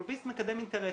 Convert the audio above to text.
לוביסט מקדם אינטרסים.